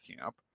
camp